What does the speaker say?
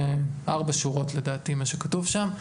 זה ארבע שורות לדעתי מה שכתוב שם,